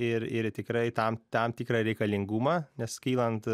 ir ir į tikrai tam tam tikrą reikalingumą nes kylant